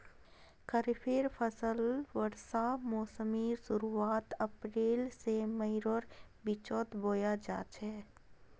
खरिफेर फसल वर्षा मोसमेर शुरुआत अप्रैल से मईर बिचोत बोया जाछे